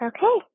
Okay